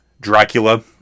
Dracula